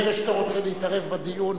ברגע שאתה רוצה להתערב בדיון,